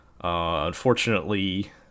Unfortunately